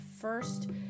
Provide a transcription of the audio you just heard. first